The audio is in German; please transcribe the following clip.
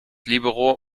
libero